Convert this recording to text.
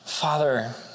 Father